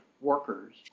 workers